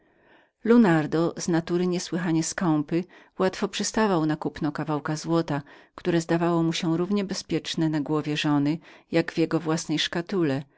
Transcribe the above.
lunardo z natury niesłychanie skąpy łatwo przystawał na kupno kawałka złota które zdawało mu się równie bezpiecznem na głowie żony jak w jego własnej szkatule